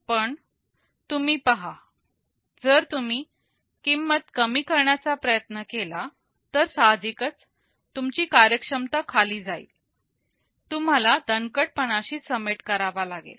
पण तुम्ही पहा जर तुम्ही किंमत कमी करण्याचा प्रयत्न केला तर सहाजिकच तुमची कार्यक्षमता खाली जाईल तुम्हाला दणकटपणाशी समेट करावा लागेल